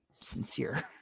sincere